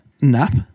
nap